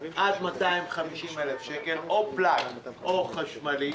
עד 250,000 שקל, או פלאג או חשמלי,